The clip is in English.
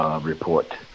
Report